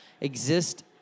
Exist